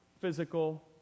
physical